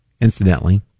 incidentally